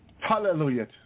Hallelujah